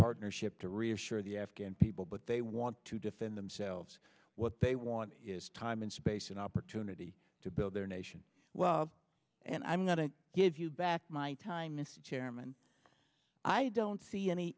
partnership to reassure the afghan people but they want to defend themselves what they want is time and space and opportunity to build their nation well and i'm going to give you back my time mr chairman i don't see any